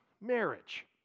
Marriage